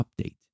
update